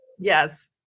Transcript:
Yes